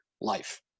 life